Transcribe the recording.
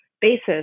basis